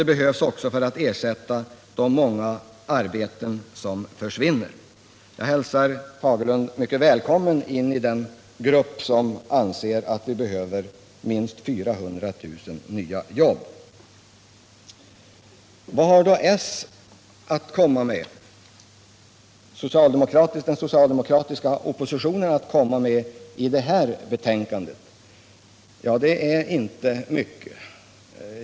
Det behövs också för att man skall kunna ersätta de många arbeten som försvinner. Jag hälsar herr Fagerlund mycket välkommen till den grupp som anser att vi behöver minst 400 000 nya jobb. Vad har då den socialdemokratiska oppositionen att komma med när det gäller det här betänkandet? Det är inte mycket.